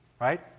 right